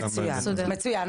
מצוין,